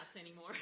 anymore